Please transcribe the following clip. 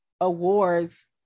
awards